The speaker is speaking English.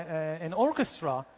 an orchestra,